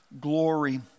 glory